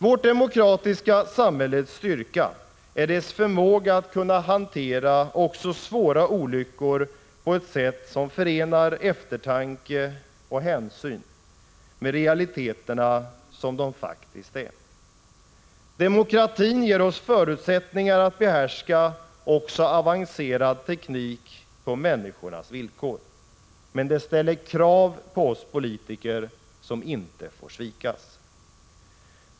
Vårt demokratiska samhälles styrka är dess förmåga att kunna hantera också svåra olyckor på ett sätt som förenar eftertanke och hänsyn med realiteterna sådana de faktiskt är. Demokratin ger oss förutsättningar att behärska också avancerad teknik på människors villkor. Men det ställer krav på oss politiker som inte får svikas.